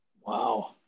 Wow